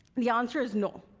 the answer is no.